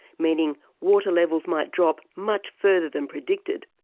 meaning water levels might drop much further than predicted.